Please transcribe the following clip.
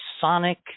sonic